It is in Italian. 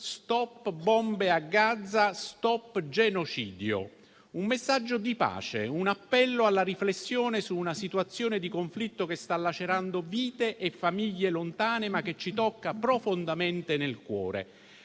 «Stop bombe a Gaza. Stop genocidio». È un messaggio di pace, un appello alla riflessione su una situazione di conflitto che sta lacerando vite e famiglie lontane, ma che ci tocca profondamente nel cuore.